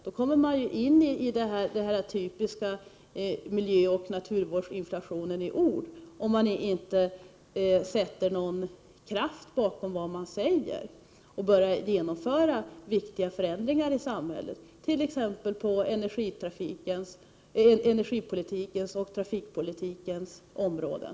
Då kommer man ju in på den här typiska miljöoch naturvårdsinflationen i ord, om man inte sätter någon kraft bakom vad man säger och börjar genomföra viktiga förändringar i samhället, t.ex. när det gäller energipolitikens och trafikpolitikens områden.